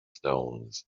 stones